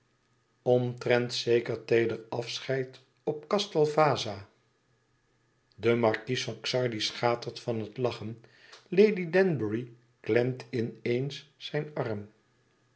omtrent zeker teeder afscheid op castel vaza de markies van xardi schatert van het lachen lady danbury klemt in eens zijn arm